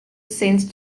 saint